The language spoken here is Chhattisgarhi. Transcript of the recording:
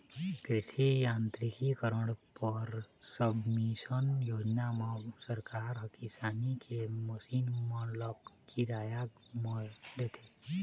कृषि यांत्रिकीकरन पर सबमिसन योजना म सरकार ह किसानी के मसीन मन ल किराया म देथे